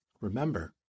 remember